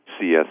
CS